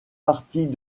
parties